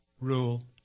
rule